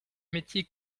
métier